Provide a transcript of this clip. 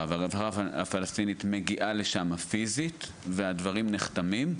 והרווחה הפלסטינית מגיעה לשם פיזית והדברים נחתמים,